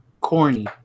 corny